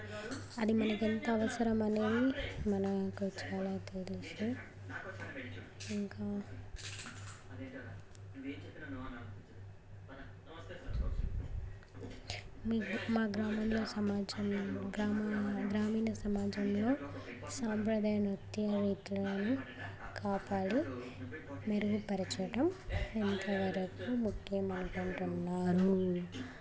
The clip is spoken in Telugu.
అది మనకు ఎంత అవసరం అనేది మనకు చాలా బాగా తెలుసు ఇంకా మీ మా గ్రామంలో సమాజం గ్రామ గ్రామీణ సమాజంలో సాంప్రదాయ నృత్యాలు ఇట్లగాను కాపాడు మెరుగుపరచడం ఎంతవరకు ముఖ్యం అనుకుంటున్నారు